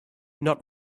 not